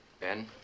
Ben